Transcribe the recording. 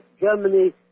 Germany